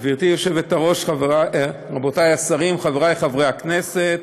גברתי היושבת-ראש, רבותי השרים, חברי חברי הכנסת,